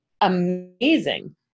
amazing